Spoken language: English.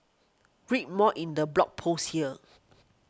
read more in the blog post here